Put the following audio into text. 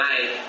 night